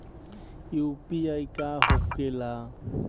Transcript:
UPI का होके ला?